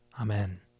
Amen